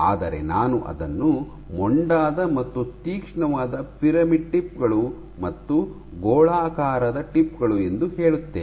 ಆದರೆ ನಾನು ಅದನ್ನು ಮೊಂಡಾದ ಮತ್ತು ತೀಕ್ಷ್ಣವಾದ ಪಿರಮಿಡ್ ಟಿಪ್ ಗಳು ಮತ್ತು ಗೋಳಾಕಾರದ ಟಿಪ್ ಗಳು ಎಂದು ಹೇಳುತ್ತೇನೆ